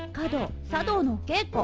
i don't so don't get but